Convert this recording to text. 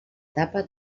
tapa